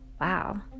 wow